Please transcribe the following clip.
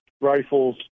rifles